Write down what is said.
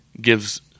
gives